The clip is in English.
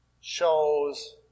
shows